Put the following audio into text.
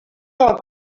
del